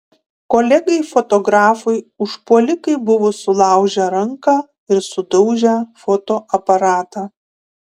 kolegai fotografui užpuolikai buvo sulaužę ranką ir sudaužę fotoaparatą